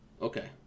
okay